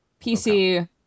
PC